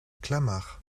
clamart